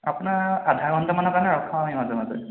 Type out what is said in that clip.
আপোনাৰ আধা ঘণ্টামানৰ কাৰণে ৰখাওঁ আমি মাজে মাজে